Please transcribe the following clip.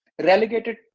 Relegated